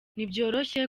ntibyoroshye